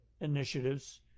initiatives